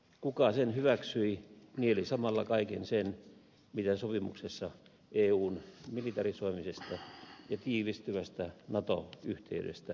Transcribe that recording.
kuka sen hyväksyi nieli samalla kaiken sen mitä sopimuksessa eun militarisoimisesta ja tiivistyvästä nato yhteydestä sanotaan